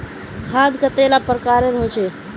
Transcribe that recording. खाद कतेला प्रकारेर होचे?